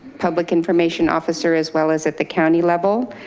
public information officer as well as at the county level.